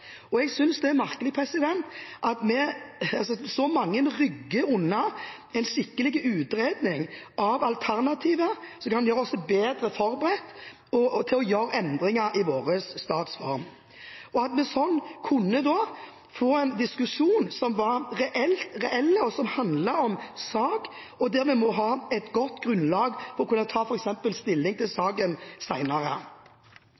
Jeg synes det er merkelig at så mange rygger unna en skikkelig utredning av alternativet, noe som kunne gjøre oss bedre forberedt på å gjøre endringer i vår statsform. Da kunne vi få en diskusjon som var reell, og som handlet om sak, og vi ville ha et godt grunnlag for f.eks. å kunne ta stilling til